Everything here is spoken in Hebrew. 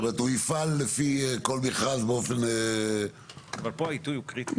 זאת אומרת הוא יפעל לפי כל מכרז באופן --- אבל פה העיתוי הוא קריטי.